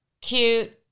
Cute